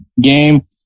game